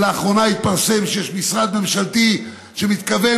שלאחרונה התפרסם שיש משרד ממשלתי שמתכוון